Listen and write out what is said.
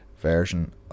version